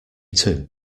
two